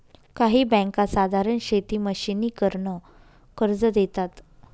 काही बँका साधारण शेती मशिनीकरन कर्ज देतात